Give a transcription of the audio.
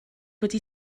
wedi